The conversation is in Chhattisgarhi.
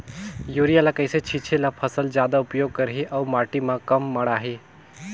युरिया ल कइसे छीचे ल फसल जादा उपयोग करही अउ माटी म कम माढ़ही?